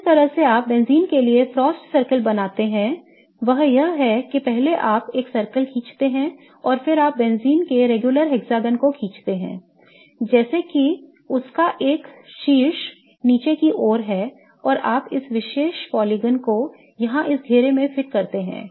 तो जिस तरह से आप बेंजीन के लिए फ्रॉस्ट सर्कल बनाते हैं वह यह है कि पहले आप एक सर्कल खींचते हैं और फिर आप बेंजीन के नियमित षट्भुज को खींचते हैं जैसे कि उसका एक शीर्ष बिंदु नीचे की ओर है और आप इस विशेष बहुभुज को यहां इस घेरे मेंफिट करते हैं